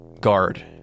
guard